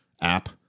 app